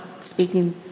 speaking